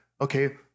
okay